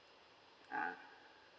ah